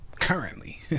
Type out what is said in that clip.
currently